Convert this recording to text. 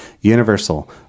Universal